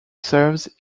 serves